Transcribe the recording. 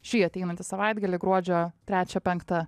šį ateinantį savaitgalį gruodžio trečią penktą